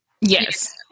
yes